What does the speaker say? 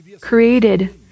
created